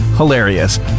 Hilarious